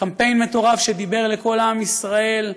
קמפיין מטורף שדיבר לכל עם ישראל,